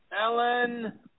Ellen